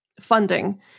funding